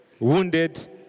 wounded